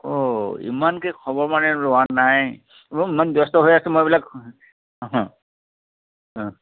অঁ ইমানকৈ খবৰ মানে লোৱা নাই ইমান ব্যস্ত হৈ আছো মই এইবিলাক অঁ